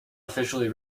officially